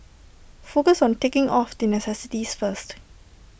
focus on ticking off the necessities first